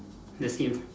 the seat